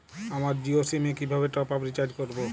আমার জিও সিম এ কিভাবে টপ আপ রিচার্জ করবো?